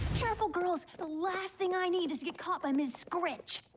careful girls the last thing i need is get caught by miss grinch